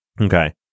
Okay